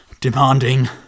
demanding